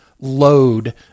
Load